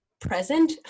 present